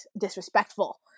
disrespectful